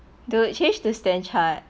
dude change to stanchart